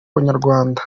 banyarwanda